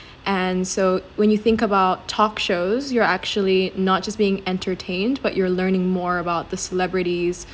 and so when you think about talk shows you're actually not just being entertained but you're learning more about the celebrities